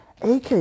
AK